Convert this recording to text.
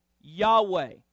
Yahweh